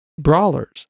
Brawlers